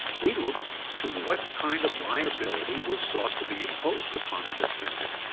we look to what kind of liability was sought to be imposed upon the defendant.